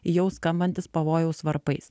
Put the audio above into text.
jau skambantis pavojaus varpais